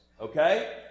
Okay